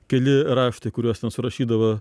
keli raštai kuriuos ten surašydavo